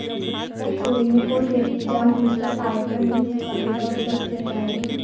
कर चोरी में कोई व्यक्ति जानबूझकर आयकर नहीं चुकाने का विकल्प चुनता है